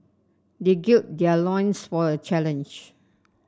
they gird their loins for the challenge